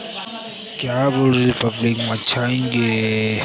रोपवाटिकेत कोणती वेगवेगळी साधने आणि साहित्य असावीत?